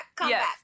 Yes